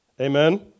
amen